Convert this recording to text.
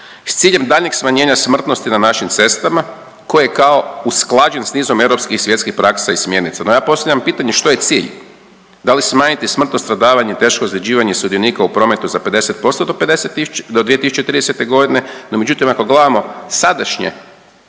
s ciljem daljnjeg smanjenja smrtnosti na našim cestama koje je kao usklađen s nizom europskih i svjetskih praksa i smjernica. No ja postavljam pitanje, što je cilj da li smanjiti smrtno stradavanje i teško ozljeđivanje sudionika u prometu za 50% do 2030.g.? No međutim ako gledamo sadašnje